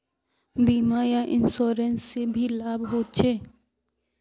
बीमा या इंश्योरेंस से की लाभ होचे?